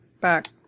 Back